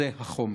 זה החומר".